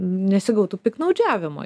nesigautų piktnaudžiavimo